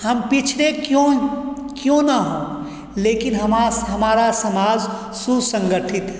हम पिछड़े क्यों क्यों न हों लेकिन हमास हमारा समाज सुसंगठित है